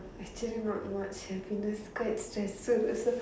actually not much happiness quite stress so so